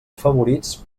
afavorits